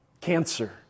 cancer